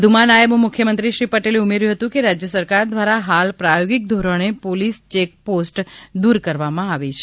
વધુમાં નાયબ મુખ્યમંત્રી શ્રી પટેલે ઉમેયું હતુંકે રાજ્યસરકાર દ્વારા હાલ પ્રાયોગિક ધોરણે પોલીસ ચેકપોસ્ટ દૂર કરવામાં આવી છે